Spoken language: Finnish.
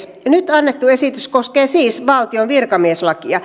nyt annettu esitys koskee siis valtion virkamieslakia